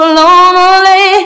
lonely